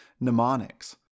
mnemonics